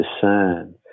discern